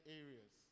areas